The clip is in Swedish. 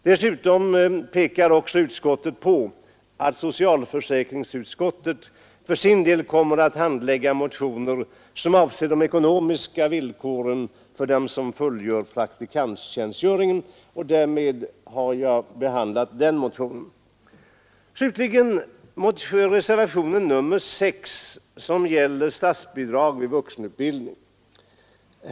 Dessutom pekar utskottet på att socialförsäkringsutskottet för sin del kommer att handlägga motioner som avser de ekonomiska villkoren för dem som fullgör praktikanttjänstgöring. Därmed har jag behandlat den reservationen. Reservationen nummer 6 gäller statsbidrag i vuxenutbildningen.